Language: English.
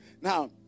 Now